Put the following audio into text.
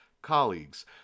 colleagues